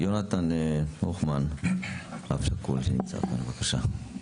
יונתן הוכמן, אב שכול, בבקשה.